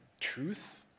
truth